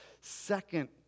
second